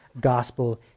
gospel